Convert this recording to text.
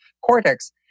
cortex